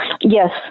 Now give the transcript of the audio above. Yes